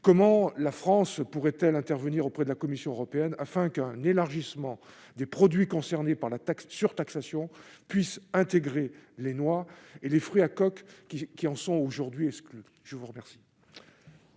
comment la France pourrait-elle intervenir auprès de la Commission européenne afin qu'un élargissement du produit concerné par la taxe sur taxation puisse intégrer les noix et les fruits à coque qui qui en sont aujourd'hui exclus, je vous remercie.